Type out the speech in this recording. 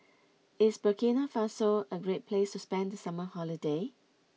is Burkina Faso a great place to spend the summer holiday